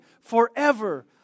forever